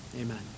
Amen